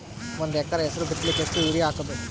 ಒಂದ್ ಎಕರ ಹೆಸರು ಬಿತ್ತಲಿಕ ಎಷ್ಟು ಯೂರಿಯ ಹಾಕಬೇಕು?